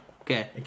Okay